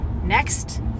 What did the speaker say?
Next